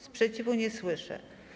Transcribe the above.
Sprzeciwu nie słyszę.